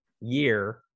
year